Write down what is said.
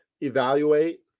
evaluate